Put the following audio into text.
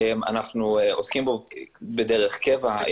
אנחנו עוסקים בו בדרך קבע.